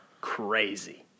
crazy